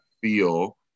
feel